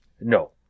No